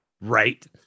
right